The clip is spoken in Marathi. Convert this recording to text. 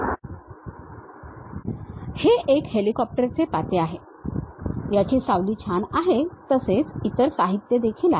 हे एक हेलिकॉप्टर चे पाते आहे याची सावली छान आहे तसेच इतर साहित्य देखील आहे